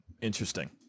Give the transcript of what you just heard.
Interesting